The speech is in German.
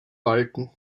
walten